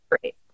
great